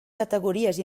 categories